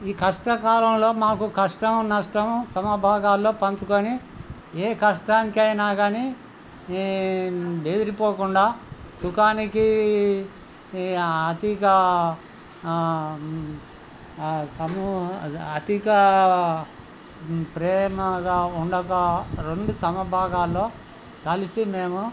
ఈ కష్టకాలంలో మాకు కష్టం నష్టము సమభాగాల్లో పంచుకొని ఏ కష్టానికైనా కానీ బెదిరిపోకుండా సుఖానికి అతిగా అతిగా ప్రేమగా ఉండక రెండు సమభాగాల్లో కలిసి మేము